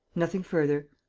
nothing further.